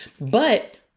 but-